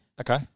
Okay